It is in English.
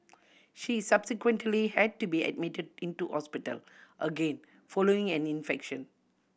she subsequently had to be admitted into hospital again following an infection